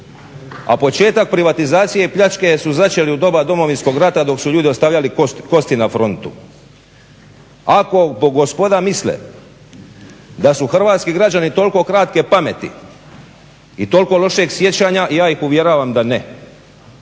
a početak privatizacije i pljačke su začeli u doba Domovinskog rata dok su ljudi ostavljali kosti na frontu. Ako gospoda misle da su hrvatski građani toliko kratke pameti i toliko lošeg sjećanja ja ih uvjeravam da ne.